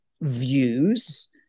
views